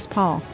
Paul